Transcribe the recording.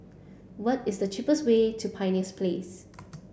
what is the cheapest way to Pioneer Place